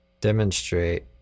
demonstrate